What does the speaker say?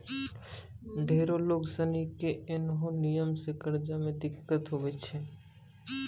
ढेरो लोग सनी के ऐन्हो नियम से कर्जा मे दिक्कत हुवै छै